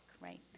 right